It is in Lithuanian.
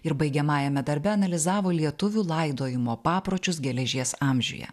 ir baigiamajame darbe analizavo lietuvių laidojimo papročius geležies amžiuje